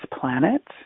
planet